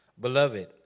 beloved